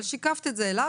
אבל שיקפת את זה אליו,